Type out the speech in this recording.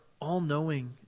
all-knowing